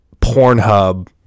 Pornhub